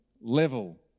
level